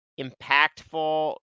impactful